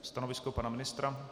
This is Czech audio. Stanovisko pana ministra?